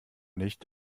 nicht